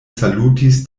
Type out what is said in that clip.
salutis